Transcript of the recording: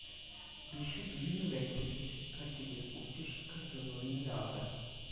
বিশ্বের বিভিন্ন ব্যাংক থেকে শিক্ষার্থীদের উচ্চ শিক্ষার জন্য ঋণ দেওয়া হয়